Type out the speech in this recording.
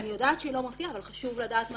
אני יודעת שהיא לא מופיעה אבל חשוב לדעת מה